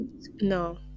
no